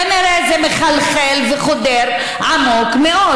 כנראה זה מחלחל וחודר עמוק מאוד,